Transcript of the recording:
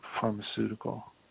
pharmaceutical